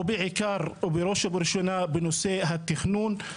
ובראש ובראשונה בנושא התכנון.